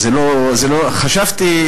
חשבתי,